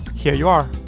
here you are,